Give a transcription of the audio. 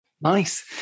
Nice